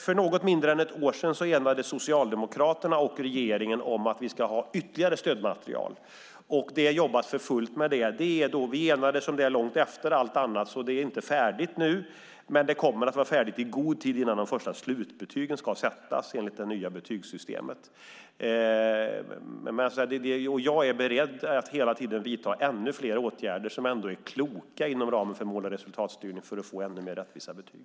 För något mindre än ett år sedan enades Socialdemokraterna och regeringen om att vi ska ha ytterligare stödmaterial. Det jobbas för fullt med det. Vi enades om det långt efter allt annat, så det är ännu inte färdigt, men det kommer att vara färdigt i god tid innan de första slutbetygen ska sättas enligt det nya betygssystemet. Jag är beredd att hela tiden vidta ytterligare åtgärder som är kloka inom ramen för mål och resultatstyrning för att få ännu mer rättvisa betyg.